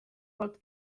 poolt